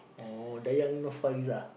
oh Dayang-Nurfaizah